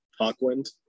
Hawkwind